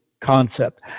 concept